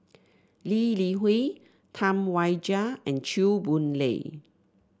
Lee Li Hui Tam Wai Jia and Chew Boon Lay